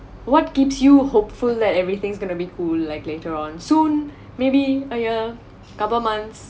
what keeps you hopeful that everything's going to be cool like later on soon maybe !haiya! couple months